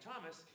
Thomas